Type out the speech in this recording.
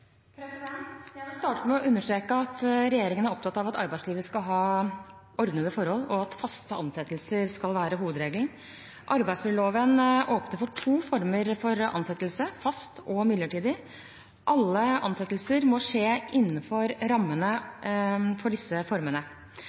Jeg vil starte med å understreke at regjeringen er opptatt av at arbeidslivet skal ha ordnede forhold, og at faste ansettelser skal være hovedregelen. Arbeidsmiljøloven åpner for to former for ansettelse: fast og midlertidig. Alle ansettelser må skje innenfor rammene for disse formene.